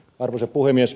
arvoisa puhemies